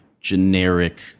generic